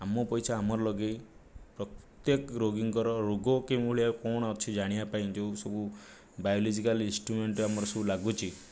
ଆମ ପଇସା ଆମର ଲଗେଇ ପ୍ରତ୍ୟେକ ରୋଗୀଙ୍କର ରୋଗ କେଉଁ ଭଳିଆ କ'ଣ ଅଛି ଜାଣିବା ପାଇଁ ଯେଉଁ ସବୁ ବାୟୋଲୋଜିକାଲ୍ ଇନ୍ଷ୍ଟ୍ରୁମେଣ୍ଟ୍ ଆମର ସବୁ ଲାଗୁଛି